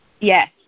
Yes